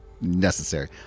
necessary